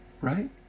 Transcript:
Right